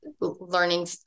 learning